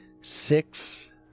six